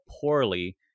poorly